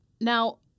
Now